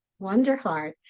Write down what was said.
Wonderheart